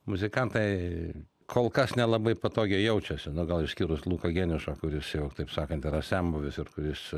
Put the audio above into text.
muzikantai kol kas nelabai patogiai jaučiasi nu gal išskyrus luką geniušą kuris jau taip sakant yra senbuvis ir kuris